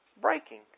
breaking